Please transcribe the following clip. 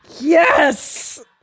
Yes